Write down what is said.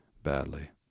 badly